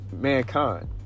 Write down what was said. mankind